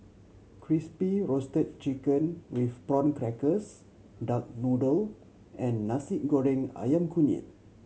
Crispy Roasted Chicken with Prawn Crackers duck noodle and Nasi Goreng Ayam Kunyit